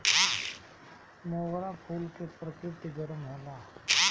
मोगरा फूल के प्रकृति गरम होला